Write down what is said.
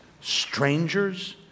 Strangers